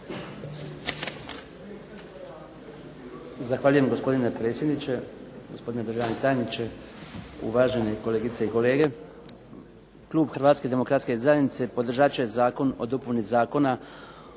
Hrvatske demokratske zajednice podržat će Zakon o dopuni Zakona